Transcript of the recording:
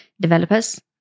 developers